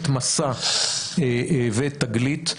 את מסע ואת תגלית,